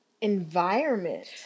environment